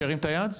שירים את היד.